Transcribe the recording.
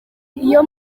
iyo